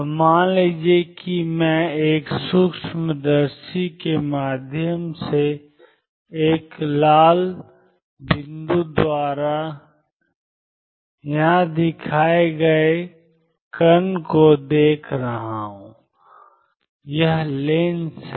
तो मान लीजिए कि मैं एक सूक्ष्मदर्शी के माध्यम से एक लाल बिंदु द्वारा यहां दिखाए गए कण को देख रहा हूं यह लेंस है